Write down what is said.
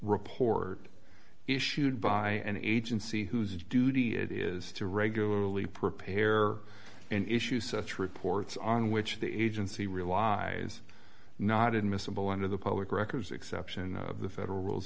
report issued by an agency whose duty it is to regularly prepare and issue such reports on which the agency relies not admissible under the public records exception of the federal rules